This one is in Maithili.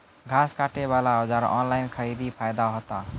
घास काटे बला औजार ऑनलाइन खरीदी फायदा होता?